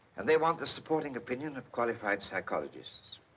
and they want the supporting opinion of qualified psychologists.